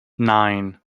nine